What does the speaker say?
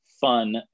fun